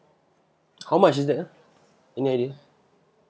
how much is that !huh! any idea